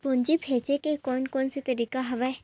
पूंजी भेजे के कोन कोन से तरीका हवय?